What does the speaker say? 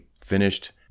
finished